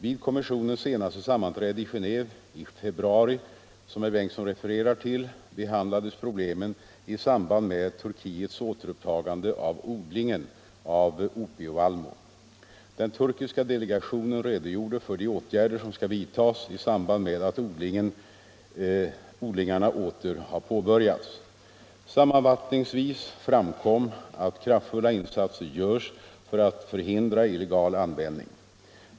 Vid kommissionens senaste sammanträde i Genéve i februari, som herr Bengtsson refererar till, behandlades problemen i samband med Turkiets återupptagande av odlingen av opievallmo. Den turkiska delegationen redogjorde för de åtgärder som skall vidtas i samband med att odlingarna åter har påbörjats. Sammanfattningsvis framkom att kraftfulla insatser görs för att förhindra illegal användning.